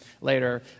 later